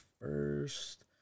first